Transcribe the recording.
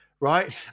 right